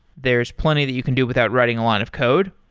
there's plenty that you can do without writing a lot of code,